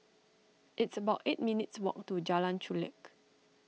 it's about eight minutes' walk to Jalan Chulek